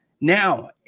Now